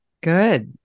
good